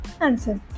answer